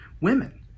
women